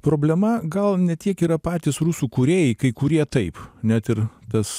problema gal ne tiek yra patys rusų kūrėjai kai kurie taip net ir tas